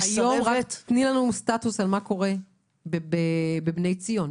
תני לנו סטטוס מה קורה בבני ציון.